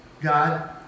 God